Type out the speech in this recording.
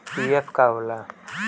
PF का होला?